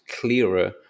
clearer